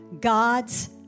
God's